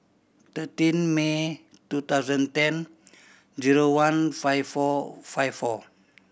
thirteen May two thousand ten zero one five four five four